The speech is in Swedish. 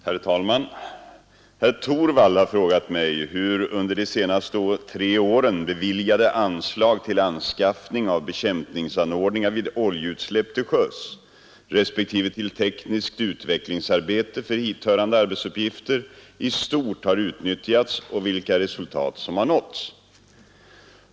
Herr talman! Herr Torwald har frågat mig hur under de senaste tre åren beviljade anslag till anskaffning av bekämpningsanordningar vid oljeutsläpp till sjöss respektive till tekniskt utvecklingsarbete för hit hörande arbetsuppgifter i stort har utnyttjats och vilka resultat som har nåtts.